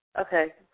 Okay